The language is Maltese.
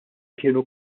kienu